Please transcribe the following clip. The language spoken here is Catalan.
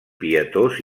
pietós